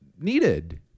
needed